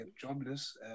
jobless